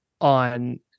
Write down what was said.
on